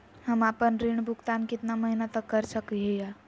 हम आपन ऋण भुगतान कितना महीना तक कर सक ही?